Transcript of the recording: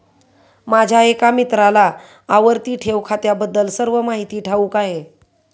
माझ्या एका मित्राला आवर्ती ठेव खात्याबद्दल सर्व माहिती ठाऊक आहे